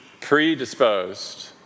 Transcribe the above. predisposed